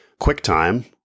QuickTime